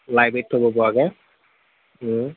লাইব্ৰেৰীত থ'ব পৰাকে